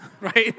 right